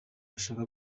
ashaka